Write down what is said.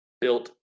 Built